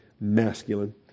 masculine